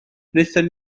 wnaethon